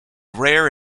rare